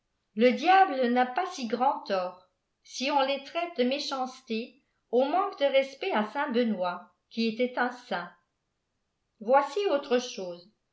le diable n'a pas si grand tort si on les traite de m échaircetés on manque de respect à saint benoît qui était un saint voici autre chose